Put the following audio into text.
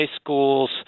schools